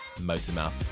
Motormouth